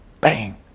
bang